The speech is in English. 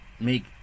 make